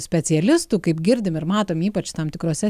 specialistų kaip girdim ir matom ypač tam tikruose